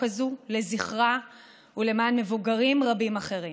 הזאת לזכרה ולמען מבוגרים רבים אחרים.